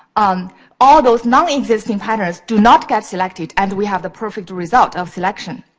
um all those non-existing patterns do not get selected. and we have the perfect result of selection.